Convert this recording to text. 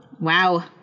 Wow